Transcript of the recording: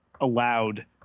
allowed